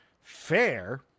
Fair